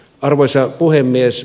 arvoisa puhemies